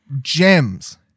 gems